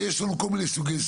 יש לנו כל מיני סרבנים,